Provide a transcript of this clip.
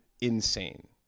insane